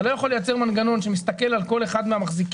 אתה לא יכול לייצר מנגנון שמסתכל על כל אחד מהמחזיקים